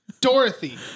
Dorothy